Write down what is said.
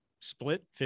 split